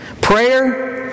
Prayer